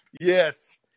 Yes